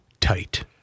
tight